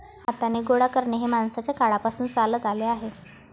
हाताने गोळा करणे हे माणसाच्या काळापासून चालत आले आहे